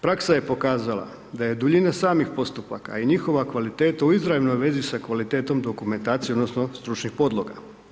Praksa je pokazala, da je duljina samih postupaka, a i njihova kvaliteta u izravnoj vezi sa kvalitetom dokumentacije odnosno stručnih podloga.